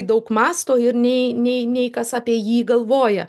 daug mąsto ir nei nei nei kas apie jį galvoja